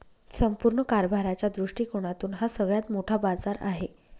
संपूर्ण कारभाराच्या दृष्टिकोनातून हा सगळ्यात मोठा बाजार आहे